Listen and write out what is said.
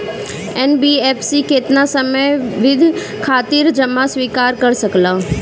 NBFC केतना समयावधि खातिर जमा स्वीकार कर सकला?